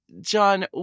John